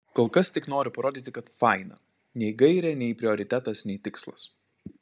kol kas tik noriu parodyti kad faina nei gairė nei prioritetas nei tikslas